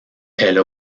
elle